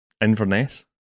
Inverness